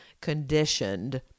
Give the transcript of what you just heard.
conditioned